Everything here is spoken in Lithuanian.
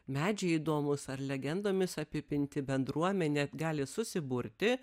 medžiai įdomūs ar legendomis apipinti bendruomenė gali susiburti